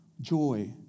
joy